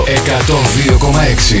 102,6